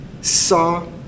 saw